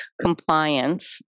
Compliance